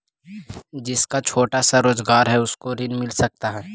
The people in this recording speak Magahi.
जिसका छोटा सा रोजगार है उसको ऋण मिल सकता है?